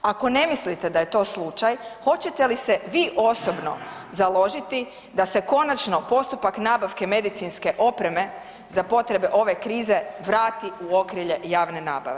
Ako ne mislite da je to slučaj, hoćete li se vi osobno založiti da se konačno postupak nabavke medicinske opreme za potrebe ove krize vrati u okrilje javne nabave?